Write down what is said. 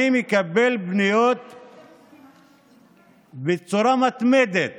אני מקבל פניות בצורה מתמדת